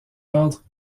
ordres